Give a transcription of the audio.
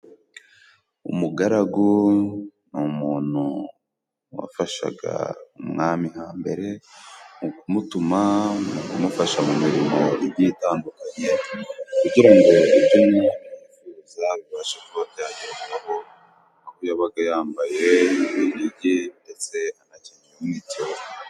Umugaragu ni umuntu wafashaga umwami hambere mu kumutuma mu kumufasha mu mirimo igiye itandukanye, kugira ngo ibyo umwami yifuza bibashe kuba byagerwaho, kuko yabaga yambaye impigi ndetse anakenyeye umwitero.